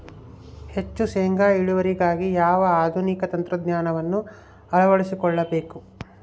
ಹೆಚ್ಚು ಶೇಂಗಾ ಇಳುವರಿಗಾಗಿ ಯಾವ ಆಧುನಿಕ ತಂತ್ರಜ್ಞಾನವನ್ನು ಅಳವಡಿಸಿಕೊಳ್ಳಬೇಕು?